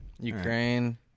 Ukraine